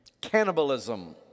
Cannibalism